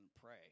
pray